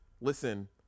listen